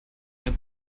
eine